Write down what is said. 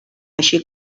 així